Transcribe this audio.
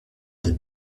des